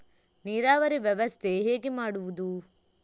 ನೀರಾವರಿ ವ್ಯವಸ್ಥೆ ಹೇಗೆ ಮಾಡುವುದು?